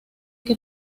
que